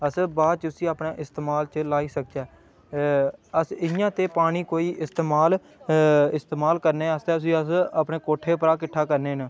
अस बाद च उसी अपने इस्तेमाल च लाई सकचै अस इ'यां ते पानी कोई इस्तेमाल इस्तेमाल करने आस्तै उसी अस अपने कोठे उप्परा किट्ठा करने न